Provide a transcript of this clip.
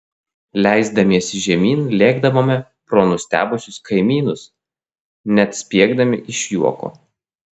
leisdamiesi žemyn lėkdavome pro nustebusius kaimynus net spiegdami iš juoko